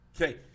Okay